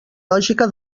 lògica